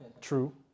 True